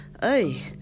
Hey